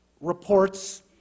reports